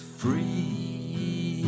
free